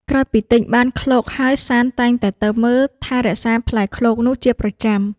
ក្រោយពីទិញបានឃ្លោកហើយសាន្តតែងតែទៅមកថែរក្សាផ្លែឃ្លោកនោះជាប្រចាំ។